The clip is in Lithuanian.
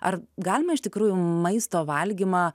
ar galima iš tikrųjų maisto valgymą